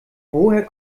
woher